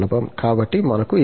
కాబట్టి మనకు e1−